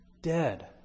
dead